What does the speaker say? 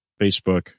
Facebook